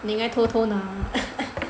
你应该偷偷拿